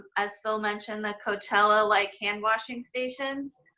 as phil mentioned, the coachella-like hand washing stations,